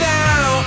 now